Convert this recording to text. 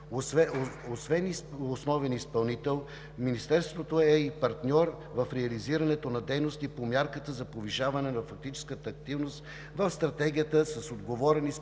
Освен основен изпълнител, Министерството е и партньор в реализирането на дейности по мярката за повишаване на фактическата активност в Стратегията с отговорен изпълнител